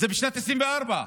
ועוד למי?